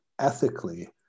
ethically